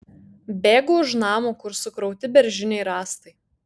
bėgu už namo kur sukrauti beržiniai rąstai